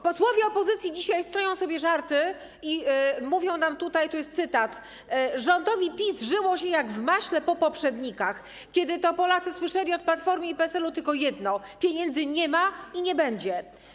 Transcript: Posłowie opozycji dzisiaj stroją sobie żarty i mówią nam, to jest cytat: rządowi PiS żyło się jak pączkom w maśle po poprzednikach, kiedy to Polacy słyszeli od Platformy i PSL-u tylko jedno: pieniędzy nie ma i nie będzie.